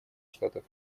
штатов